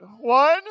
One